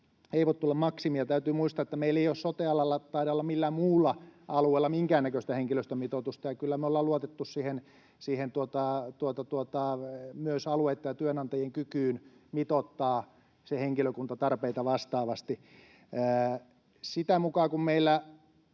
ei voi tulla maksimia. Täytyy muistaa, että meillä ei sote-alalla taida olla millään muulla alueella minkäännäköistä henkilöstömitoitusta, ja kyllä me ollaan luotettu myös siihen alueitten ja työnantajien kykyyn mitoittaa se henkilökunta tarpeita vastaavasti. Sitä mukaa kun meillä